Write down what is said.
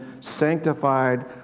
sanctified